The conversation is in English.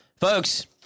Folks